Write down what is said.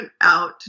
out